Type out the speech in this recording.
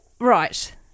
Right